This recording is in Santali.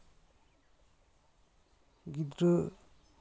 ᱜᱤᱫᱽᱨᱟᱹ